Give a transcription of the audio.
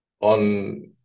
on